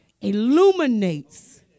illuminates